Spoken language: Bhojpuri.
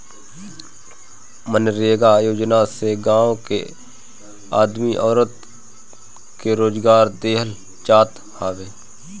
मनरेगा योजना से गांव के आदमी औरत के रोजगार देहल जात हवे